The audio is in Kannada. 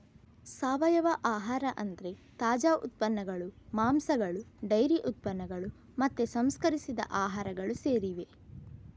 ಸಾವಯವ ಆಹಾರ ಅಂದ್ರೆ ತಾಜಾ ಉತ್ಪನ್ನಗಳು, ಮಾಂಸಗಳು ಡೈರಿ ಉತ್ಪನ್ನಗಳು ಮತ್ತೆ ಸಂಸ್ಕರಿಸಿದ ಆಹಾರಗಳು ಸೇರಿವೆ